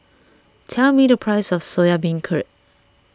tell me the price of Soya Beancurd